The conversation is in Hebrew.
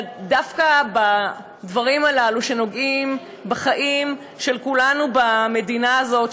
דווקא הדברים הללו נוגעים בחיים של כולנו במדינה הזאת,